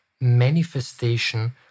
manifestation